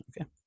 Okay